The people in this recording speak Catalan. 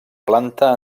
planta